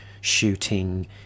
shooting